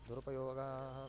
दुरुपयोगाः